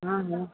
हा हा